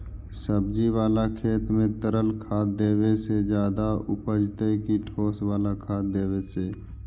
सब्जी बाला खेत में तरल खाद देवे से ज्यादा उपजतै कि ठोस वाला खाद देवे से?